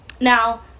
Now